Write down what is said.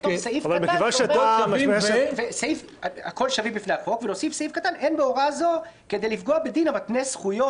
ולכתוב סעיף קטן שאומר שאין בהוראה זו כדי לפגוע בדין המקנה זכויות